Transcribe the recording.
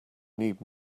need